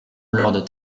lord